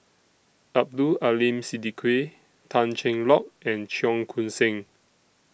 Abdul Aleem Siddique Tan Cheng Lock and Cheong Koon Seng